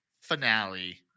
finale